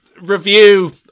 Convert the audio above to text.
review